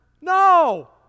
No